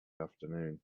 afternoon